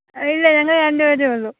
ഇല്ല ഞങ്ങൾ രണ്ട് പേരേ ഉള്ളൂ